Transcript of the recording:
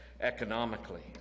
economically